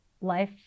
life